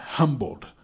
humbled